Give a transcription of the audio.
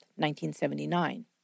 1979